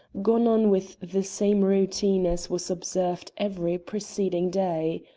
gone on with the same routine as was observed every preceding day.